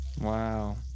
Wow